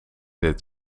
deed